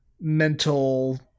mental